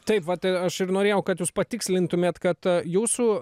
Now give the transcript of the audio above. taip vat aš ir norėjau kad jūs patikslintumėt kad jūsų